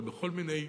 אבל בכל מיני